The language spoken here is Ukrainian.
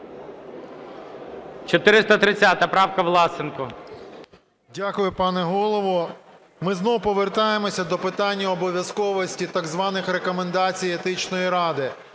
430 правка, Власенко.